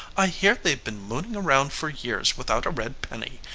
i hear they've been mooning around for years without a red penny.